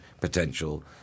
potential